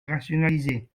rationalisées